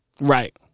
right